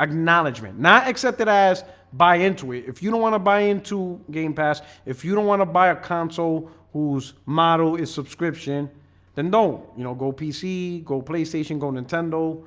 acknowledgment not accepted eyes buy into it if you don't want to buy into game pass if you don't want to buy a console whose motto is subscription then don't you know go pc go playstation go nintendo.